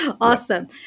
Awesome